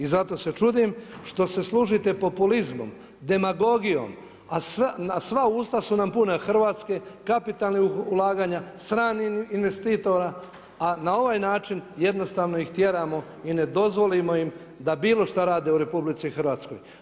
I zato se čudim što se služite populizmom, demagogijom, a sva usta su nam puna Hrvatske, kapitalnih ulaganja, stranih investitora, a na ovaj način jednostavno ih tjeramo i ne dozvolimo im da bilo šta rade u RH.